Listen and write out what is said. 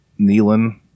Nealon